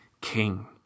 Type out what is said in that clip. king